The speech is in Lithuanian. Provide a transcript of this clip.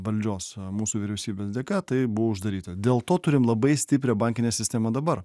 valdžios mūsų vyriausybės dėka tai buvo uždaryta dėl to turim labai stiprią bankinę sistemą dabar